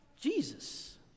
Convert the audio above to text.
Jesus